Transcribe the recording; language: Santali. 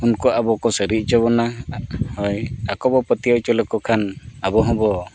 ᱩᱱᱠᱩ ᱟᱵᱚ ᱠᱚ ᱥᱟᱹᱨᱤ ᱦᱚᱪᱚ ᱵᱚᱱᱟ ᱦᱳᱭ ᱟᱠᱚ ᱠᱚ ᱯᱟᱹᱛᱭᱟᱹᱣ ᱦᱚᱪᱚ ᱞᱮᱠᱚ ᱠᱷᱟᱱ ᱟᱵᱚ ᱦᱚᱸᱵᱚᱱ